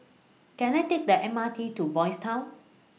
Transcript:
Can I Take The M R T to Boys' Town